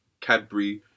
Cadbury